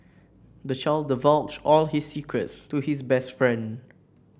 the child divulged all his secrets to his best friend